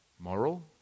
Moral